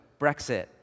Brexit